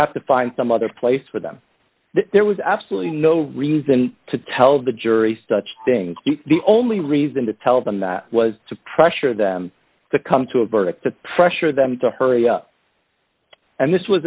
has to find some other place for them there was absolutely no reason to tell the jury such things the only reason to tell them that was to pressure them to come to a verdict to pressure them to hurry up and this was